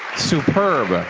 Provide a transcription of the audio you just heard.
superb,